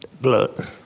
blood